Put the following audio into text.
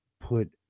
put